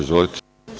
Izvolite.